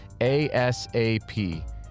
ASAP